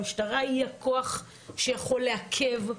המשטרה היא הכוח שיכול לעכב,